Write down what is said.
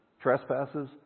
Trespasses